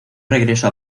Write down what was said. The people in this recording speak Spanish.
regreso